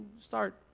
start